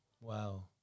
Wow